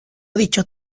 dicho